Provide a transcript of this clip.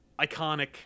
iconic